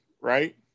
right